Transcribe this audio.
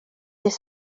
dydd